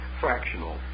fractional